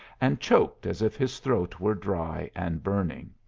and choked as if his throat were dry and burning.